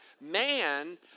man